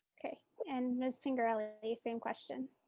okay, and miss pingerelli, the same question.